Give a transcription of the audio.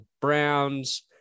Browns